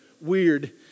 weird